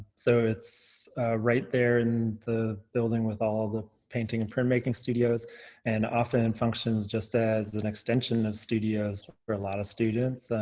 so it's right there in the building with all the painting and printmaking studios and often functions just as an extension of studios for a lot of students.